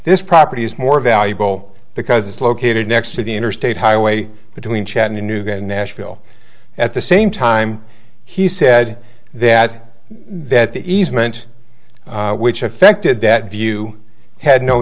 this property is more valuable because it's located next to the interstate highway between chattanooga nashville at the same time he said that that the easement which affected that view had no